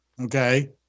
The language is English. okay